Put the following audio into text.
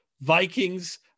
Vikings